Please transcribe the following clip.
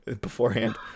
beforehand